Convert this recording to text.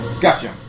gotcha